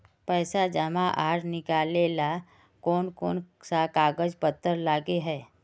पैसा जमा आर निकाले ला कोन कोन सा कागज पत्र लगे है?